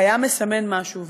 הוא היה מסמן משהו.